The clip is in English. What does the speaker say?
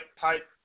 type